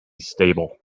stable